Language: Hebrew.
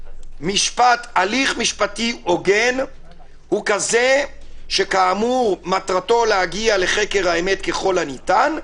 הליך משפטי הוגן הוא כזה שמטרתו להגיע לחקר האמת ככל הניתן,